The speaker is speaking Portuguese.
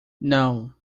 não